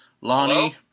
Lonnie